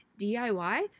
DIY